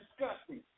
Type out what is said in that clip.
disgusting